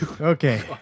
Okay